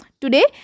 Today